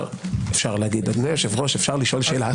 אפשר להגיד: אדוני היושב-ראש, אפשר לשאול שאלה?